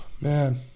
Man